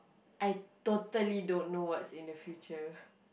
I totally don't know what's in the future